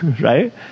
right